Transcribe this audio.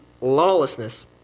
lawlessness